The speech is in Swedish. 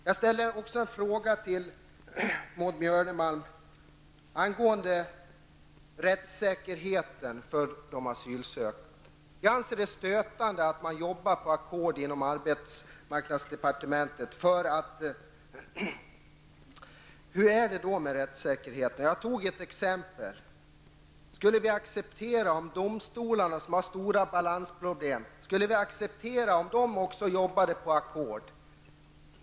Jag ställde också en fråga till Maud Björnemalm angående rättssäkerheten för de asylsökande. Jag anser det vara stötande att man inom arbetsmarknadsdepartementet arbetar på ackord med dessa frågor. Hur blir det då med rättssäkerheten? Jag tog ett exempel. Skulle vi acceptera om domstolarna, som har stora balansproblem, också arbetade på ackord?